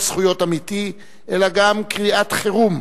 זכויות אמיתי אלא גם קריאת חירום,